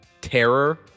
terror